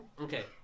Okay